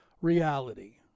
reality